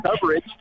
coverage